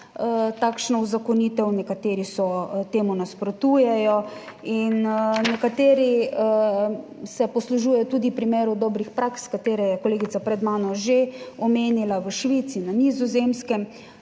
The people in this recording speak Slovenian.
takšno uzakonitev, nekateri so, temu nasprotujejo in nekateri se poslužujejo tudi primerov dobrih praks, katere je kolegica pred mano že omenila, v Švici, na Nizozemskem,